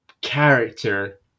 character